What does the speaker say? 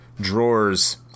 drawers